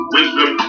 Wisdom